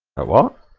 but what